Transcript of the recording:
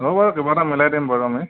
হ'ব বাৰু কিবা এটা মিলাই দিম বাৰু আমি